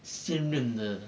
先任的